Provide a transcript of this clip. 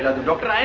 and the doctor.